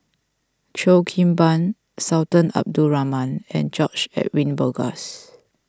Cheo Kim Ban Sultan Abdul Rahman and George Edwin Bogaars